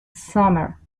summer